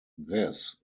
this